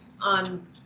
on